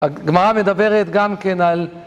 הגמרא מדברת גם כן על